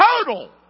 total